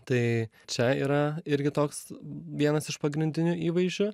tai čia yra irgi toks vienas iš pagrindinių įvaizdžių